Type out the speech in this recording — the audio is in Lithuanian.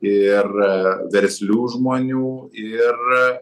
ir verslių žmonių ir